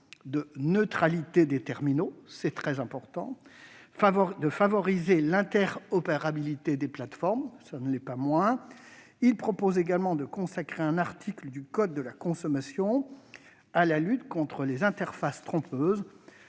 de neutralité des terminaux »- c'est très important -et de favoriser l'interopérabilité des plateformes- cela ne l'est pas moins. Il prévoit également de consacrer un article du code de la consommation à la lutte contre les interfaces trompeuses,